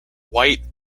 white